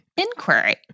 inquiry